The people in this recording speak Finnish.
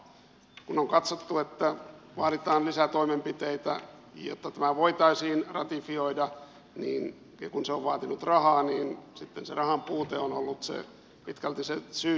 kun on katsottu että vaaditaan lisätoimenpiteitä jotta tämä voitaisiin ratifioida ja kun se on vaatinut rahaa niin sitten se rahan puute on ollut pitkälti se syy